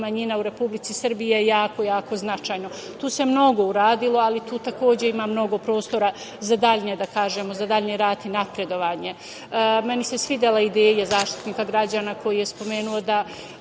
manjina u Republici Srbiji je jako jako značajno. Tu se mnogo uradilo, ali tu takođe ima mnogo prostora za dalji rad i napredovanje. Meni se svidela ideja Zaštitnika građana koji je spomenuo da